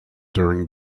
during